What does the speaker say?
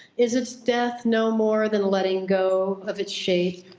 is its death no more than letting go of its shape?